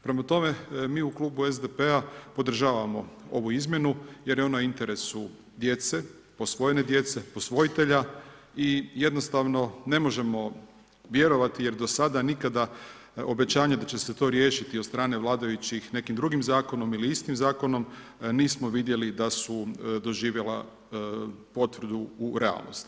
Prema tome, mi u klubu SDP-a podržavamo ovu izmjenu jer je ona u interesu djece, posvojene djece, posvojitelja i jednostavno ne možemo vjerovati jer do sada nikada obećanje da će se to riješiti od strane vladajućih nekim drugim zakonom ili istim zakonom, nismo vidjeli da su doživjela potvrdu u realnosti.